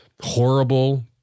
horrible